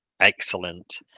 Excellent